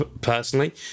personally